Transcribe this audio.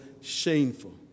shameful